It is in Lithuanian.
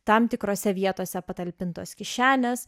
tam tikrose vietose patalpintos kišenės